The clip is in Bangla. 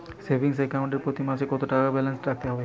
সেভিংস অ্যাকাউন্ট এ প্রতি মাসে কতো টাকা ব্যালান্স রাখতে হবে?